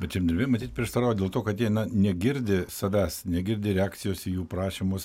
bet žemdirbiai matyt prieštarauja dėl to kad jie na negirdi savęs negirdi reakcijos į jų prašymus